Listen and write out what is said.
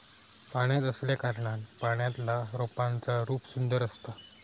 पाण्यात असल्याकारणान पाण्यातल्या रोपांचा रूप सुंदर असता